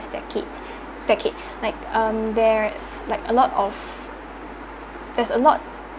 decades decade like um there's like a lot of there's a lot